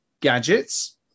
gadgets